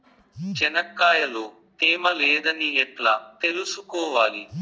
చెనక్కాయ లో తేమ లేదని ఎట్లా తెలుసుకోవాలి?